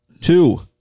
two